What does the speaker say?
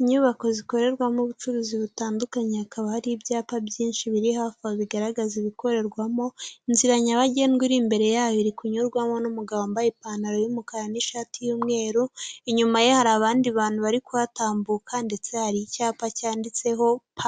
Inyubako zikorerwamo ubucuruzi butandukanye, hakaba hari ibyapa byinshi biri hafi aho bigaragaza ibikorerwamo, inzira nyabagendwa iri imbere yayo iri kunyurwamo n'umugabo wambaye ipantaro y'umukara n'ishati y'umweru, inyuma ye hari abandi bantu bari kuhatambuka ndetse hari icyapa cyanditseho p,